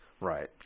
Right